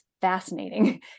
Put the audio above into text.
fascinating